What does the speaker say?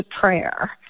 prayer